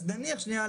אז נניח שנייה,